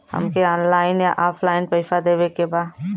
हमके ऑनलाइन या ऑफलाइन पैसा देवे के बा?